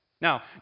Now